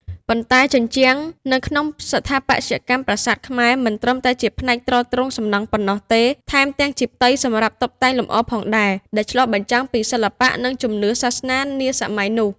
ប៉ុន្តែជញ្ជាំង នៅក្នុងស្ថាបត្យកម្មប្រាសាទខ្មែរមិនត្រឹមតែជាផ្នែកទ្រទ្រង់សំណង់ប៉ុណ្ណោះទេ ថែមទាំងជាផ្ទៃសម្រាប់តុបតែងលម្អផងដែរ ដែលឆ្លុះបញ្ចាំងពីសិល្បៈ និងជំនឿសាសនានាសម័យនោះ។